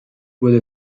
wurde